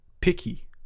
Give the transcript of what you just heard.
picky